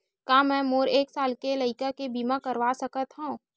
का मै मोर एक साल के लइका के बीमा करवा सकत हव?